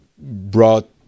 brought